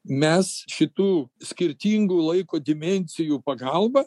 mes šitų skirtingų laiko dimensijų pagalba